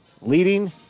leading